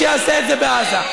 שיעשה את זה בעזה.